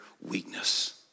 weakness